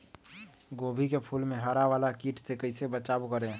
गोभी के फूल मे हरा वाला कीट से कैसे बचाब करें?